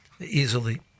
easily